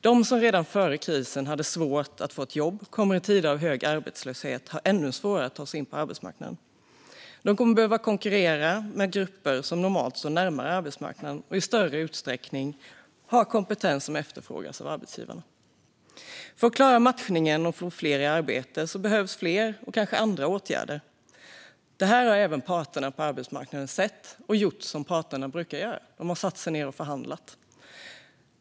De som redan före krisen hade svårt att få ett jobb kommer i tider av hög arbetslöshet att ha ännu svårare att ta sig in på arbetsmarknaden. De kommer att behöva konkurrera med grupper som normalt står närmare arbetsmarknaden och i större utsträckning har kompetens som efterfrågas av arbetsgivarna. För att klara matchningen och få fler i arbete behövs fler, och kanske andra, åtgärder. Det har även parterna på arbetsmarknaden sett och gjort som parterna brukar göra, nämligen satt sig ner och förhandlat.